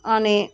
अनि